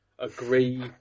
Agree